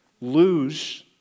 Lose